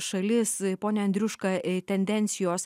šalis pone andriuška tendencijos